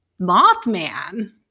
Mothman